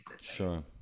Sure